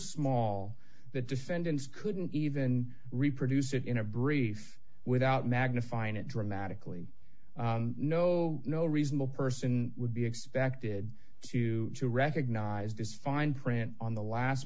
small that defendants couldn't even reproduce it in a brief without magnifying it dramatically no no reasonable person would be expected to recognize this fine print on the last